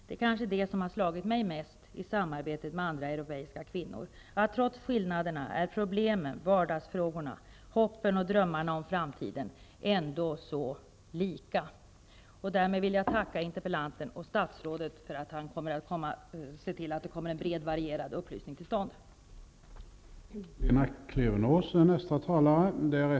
Det som kanske har slagit mig mest i samarbetet med andra europeiska kvinnor är att trots skillnaderna är problemen, vardagsfrågorna, hoppen och drömmarna om framtiden, ändå så lika. Därmed vill jag tacka interpellanten, och tacka statsrådet för att han kommer att se till att en bred, varierad upplysning skall komma till stånd.